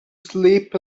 sleep